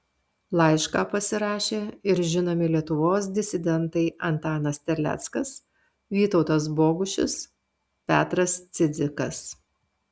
laišką pasirašė ir žinomi lietuvos disidentai antanas terleckas vytautas bogušis petras cidzikas